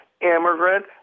immigrant